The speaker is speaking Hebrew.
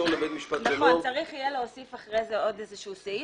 (י) איזה שהוא סעיף